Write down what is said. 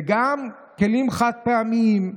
וגם כלים חד-פעמיים.